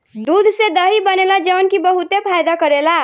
दूध से दही बनेला जवन की बहुते फायदा करेला